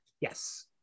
yes